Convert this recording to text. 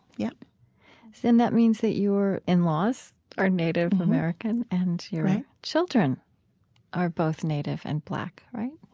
yep then that means that your in-laws are native american and your children are both native and black, right?